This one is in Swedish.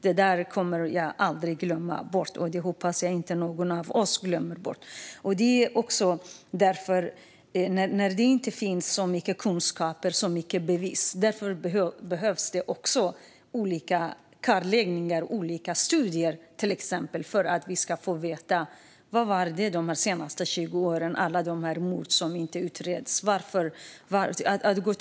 Detta kommer jag aldrig att glömma bort, och jag hoppas att ingen av oss glömmer bort det. När det inte finns så mycket kunskap eller bevis behövs det olika kartläggningar och studier, till exempel för att vi ska få veta vad som hände i samband med alla de mord som inte har utretts under de senaste 20 åren.